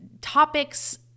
topics